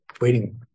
waiting